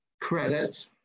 credit